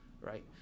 right